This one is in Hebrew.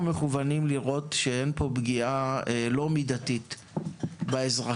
אנחנו מכוונים לראות שאין פה פגיעה לא מידתית באזרחים,